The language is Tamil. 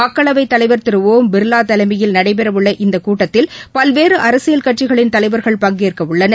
மக்களவை தலைவர் திரு ஒம் பிர்லா தலைமயில் நடைபெறவுள்ள இந்த கூட்டத்தில் பல்வேறு அரசியல் கட்சிகளின் தலைவர்கள் பங்கேற்க உள்ளனர்